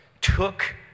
took